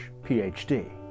PhD